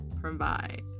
provide